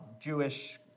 Jewish